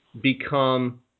become